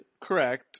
Correct